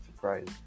surprise